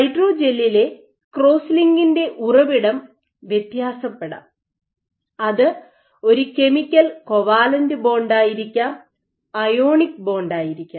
ഹൈഡ്രോജെല്ലിലെ cross ലിങ്കിൻറെ ഉറവിടം വ്യത്യാസപ്പെടാം അത് ഒരു കെമിക്കൽ കോവാലന്റ് ബോണ്ടായിരിക്കാം അയോണിക് ബോണ്ടായിരിക്കാം